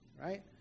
Right